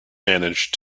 manage